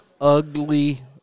ugly